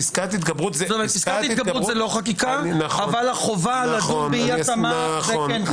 פסקת התגברות זה לא חקיקה אבל החובה לדון באי התאמה כן.